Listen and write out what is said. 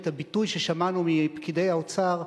את הביטוי ששמענו מפקידי האוצר.